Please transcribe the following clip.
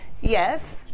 yes